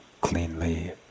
cleanly